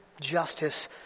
justice